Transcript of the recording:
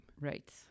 right